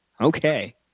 Okay